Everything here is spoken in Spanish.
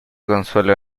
consuelo